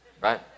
right